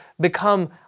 become